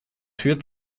tür